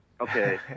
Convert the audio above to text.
okay